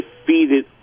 defeated